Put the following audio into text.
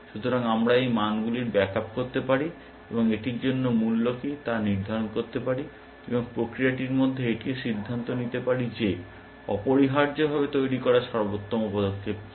সুতরাং আমরা এই মানগুলির ব্যাক আপ করতে পারি এবং এটির জন্য মূল্য কী তা নির্ধারণ করতে পারি এবং প্রক্রিয়ার মধ্যে এটিও সিদ্ধান্ত নিতে পারি যে অপরিহার্যভাবে তৈরি করা সর্বোত্তম পদক্ষেপ কী